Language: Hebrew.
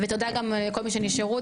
ותודה גם כל מי שנשארו,